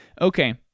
Okay